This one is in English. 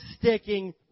sticking